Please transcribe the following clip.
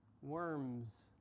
Worms